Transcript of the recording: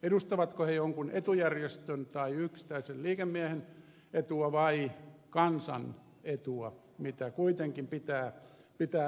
edustavatko he jonkun etujärjestön tai yksittäisen liikemiehen etua vai kansan etua mitä kuitenkin pitää pitää ykkösasiana